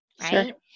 Right